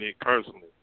personally